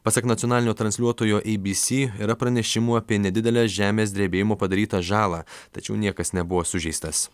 pasak nacionalinio transliuotojo ei by sy yra pranešimų apie nedidelę žemės drebėjimo padarytą žalą tačiau niekas nebuvo sužeistas